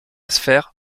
sphère